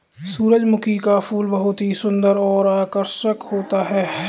सुरजमुखी का फूल बहुत ही सुन्दर और आकर्षक होता है